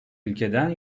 ülkeden